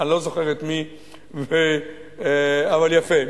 אבל יפה,